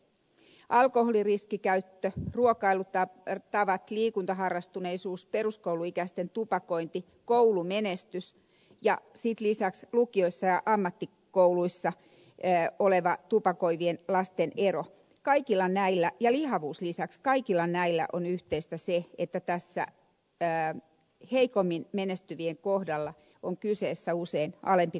lisäksi alkoholin riskikäytölle ruokailutavoille liikuntaharrastuneisuudelle peruskouluikäisten tupakoinnille koulumenestykselle lukioissa ja aina kouluissa enää olevan tupakoivien lasten ammattikouluissa olevien tupakoinnille ja lihavuudelle kaikille näille on yhteistä se että heikommin menestyvien kohdalla on kyseessä usein alempi koulutustaso